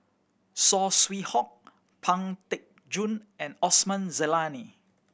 Saw Swee Hock Pang Teck Joon and Osman Zailani